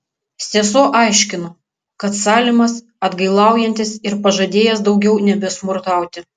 sesuo aiškino kad salimas atgailaujantis ir pažadėjęs daugiau nebesmurtauti